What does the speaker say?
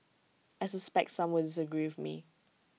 I suspect some will disagree with me